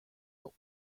out